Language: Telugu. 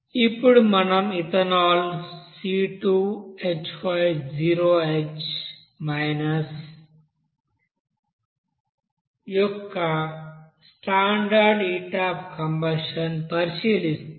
ఇప్పుడు మనం ఇథనాల్ C2H5OH యొక్క స్టాండర్డ్ హీట్ అఫ్ కంబషన్ పరిశీలిస్తే